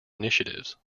initiatives